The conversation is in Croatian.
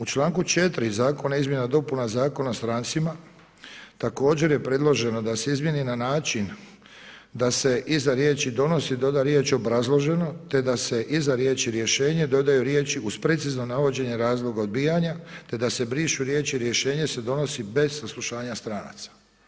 U članku 4. zakona o izmjenama i dopuna Zakona o strancima također je predloženo da se izmijeni na način da se iza riječi donosi doda riječ obrazloženo te da se iza riječi rješenje dodaju riječi uz precizno navođenje razloga odbijanja te da se brišu riječi rješenje se donosi bez saslušanja stranca.